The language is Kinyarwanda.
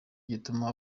gituma